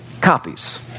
copies